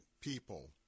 people